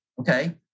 okay